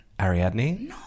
Ariadne